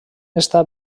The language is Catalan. està